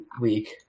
week